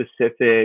specific